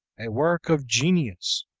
a work of genius,